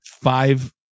five